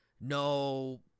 No